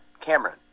Cameron